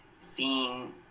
seeing